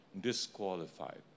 disqualified